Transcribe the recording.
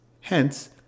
Hence